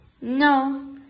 No